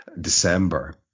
December